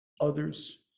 others